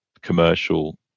commercial